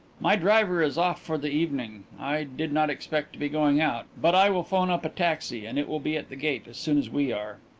my driver is off for the evening i did not expect to be going out but i will phone up a taxi and it will be at the gate as soon as we are.